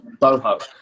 boho